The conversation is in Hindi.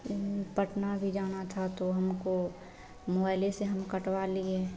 ओ पटना भी जाना था तो हमको मोबाइले से हम कटवा लिए